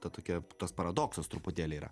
ta tokia tas paradoksas truputėlį yra